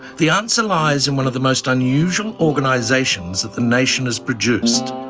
the answer lies in one of the most unusual organisations that the nation has produced,